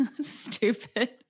Stupid